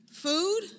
Food